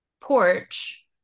porch